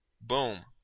Boom